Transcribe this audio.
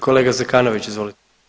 Kolega Zekanović, izvolite.